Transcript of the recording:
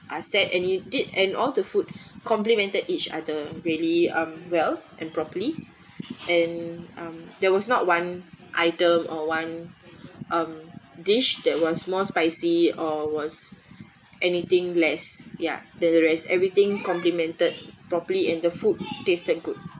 uh set any did and all the food complemented each other really um well and properly and um there was not one item or one mm dish that was more spicy or was anything less ya the rest everything complemented properly and the food tasted good